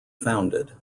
founded